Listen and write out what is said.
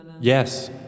Yes